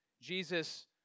Jesus